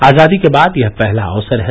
आजादी के बाद यह पहला अवसर है